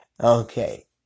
Okay